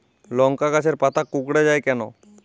লংকা গাছের পাতা কুকড়ে যায় কেনো?